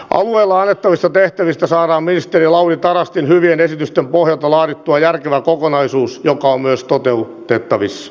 alueille annettavista tehtävistä saadaan ministeri lauri tarastin hyvien esitysten pohjalta laadittua järkevä kokonaisuus joka on myös toteutettavissa